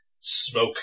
smoke